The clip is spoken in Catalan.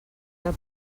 del